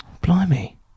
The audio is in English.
Blimey